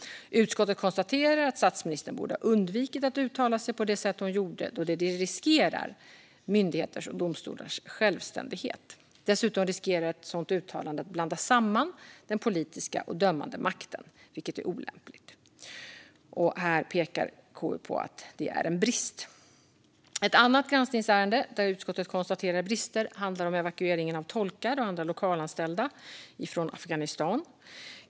Utskottet konstaterar att statsministern borde ha undvikit att uttala sig på det sätt hon gjorde då det riskerade myndigheters och domstolars självständighet. Dessutom riskerar ett sådant uttalande att blanda samman den politiska och dömande makten, vilket är olämpligt. Här pekar KU på att det är en brist. Gransknings betänkandeInledning Ett annat granskningsärende där utskottet konstaterar brister handlar om evakueringen av tolkar och andra lokalanställda från Afghanistan.